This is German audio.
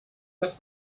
das